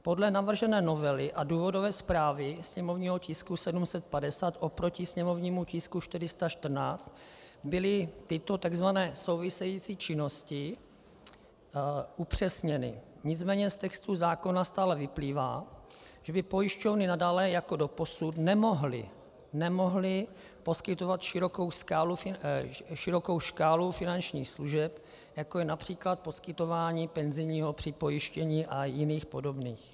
Podle navržené novely a důvodové zprávy sněmovního tisku 750 oproti sněmovnímu tisku 414 byly tyto tzv. související činnosti upřesněny, nicméně z textu zákona stále vyplývá, že by pojišťovny nadále jako doposud nemohly poskytovat širokou škálu finančních služeb, jako je např. poskytování penzijního připojištění a jiných podobných.